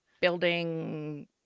building